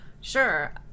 Sure